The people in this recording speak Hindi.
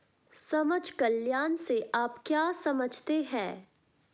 समाज कल्याण से आप क्या समझते हैं?